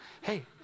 Hey